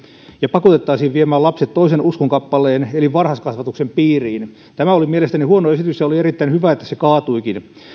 ja pakotettaisiin viemään lapset toisen uskonkappaleen eli varhaiskasvatuksen piiriin oli mielestäni huono esitys ja oli erittäin hyvä että se kaatuikin